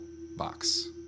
box